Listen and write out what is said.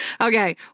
Okay